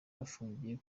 bafungiye